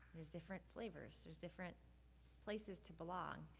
there's different flavors. there's different places to belong.